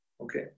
okay